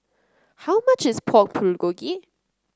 how much is Pork Bulgogi